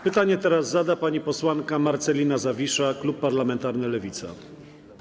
Pytanie teraz zada pani posłanka Marcelina Zawisza, klub parlamentarny Lewica.